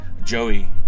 Joey